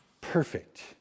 Perfect